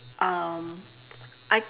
um I